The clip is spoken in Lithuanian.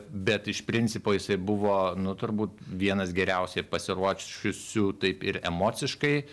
bet iš principo jisai buvo nu turbūt vienas geriausiai pasiruošusių taip ir emociškai